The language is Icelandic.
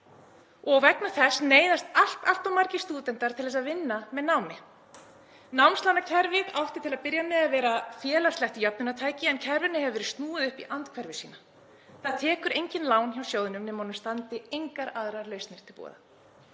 og vegna þess neyðast allt, allt of margir stúdentar til að vinna með námi. Námslánakerfið átti til að byrja með að vera félagslegt jöfnunartæki en kerfinu hefur verið snúið upp í andhverfu sína. Það tekur enginn lán hjá sjóðnum nema honum standi engar aðrar lausnir til boða.